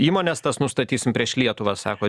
įmones tas nustatysim prieš lietuvą sakot